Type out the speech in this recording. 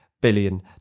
billion